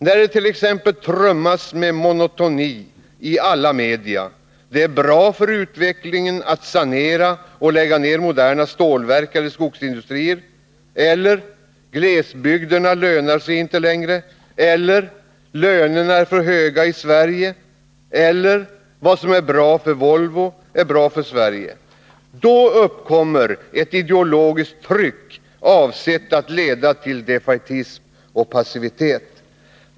När det t.ex. trummas med monotoni i alla media: det är bra för utvecklingen att sanera och lägga ner moderna stålverk eller skogsindustrier, glesbygderna lönar sig inte längre, lönerna är för höga i Sverige eller ”Vad som är bra för Volvo är bra för Sverige”, då uppkommer ett ideologiskt tryck avsett att leda till defaitism och passivitet.